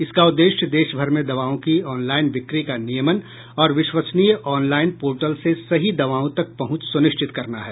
इसका उद्देश्य देशभर में दवाओं की ऑनलाईन बिक्री का नियमन और विश्वसनीय ऑनलाईन पोर्टल से सही दवाओं तक पहुंच सुनिश्चित करना है